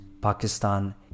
Pakistan